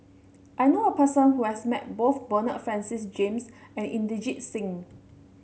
I know a person who has met both Bernard Francis James and Inderjit Singh